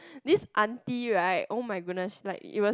this auntie right oh my goodness she's like it was